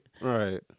Right